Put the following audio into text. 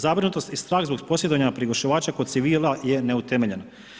Zabrinutost i strah zbog posjedovanja prigušivača kod civila je neutemeljen.